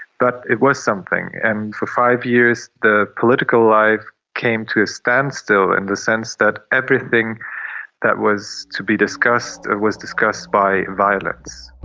but it was something. and for five years the political life came to a standstill in the sense that everything that was to be discussed was discussed by violence.